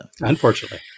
Unfortunately